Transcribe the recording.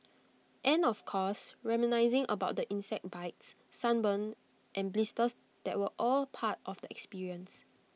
and of course reminiscing about the insect bites sunburn and blisters that were all part of the experience